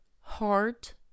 heart